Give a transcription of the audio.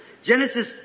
Genesis